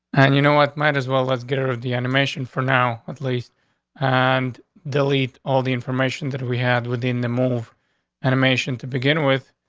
and you know what? might as well let's get out of the animation. for now, at least on and delete all the information that we have within the move animation to begin with,